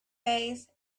face